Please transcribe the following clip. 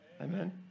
Amen